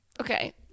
Okay